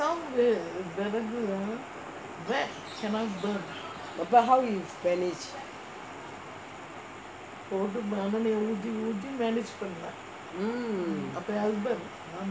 the how you manage